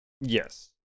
Yes